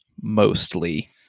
mostly